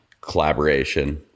collaboration